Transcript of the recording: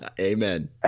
Amen